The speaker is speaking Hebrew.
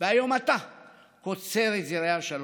והיום אתה קוצר את זרעי השלום.